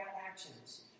actions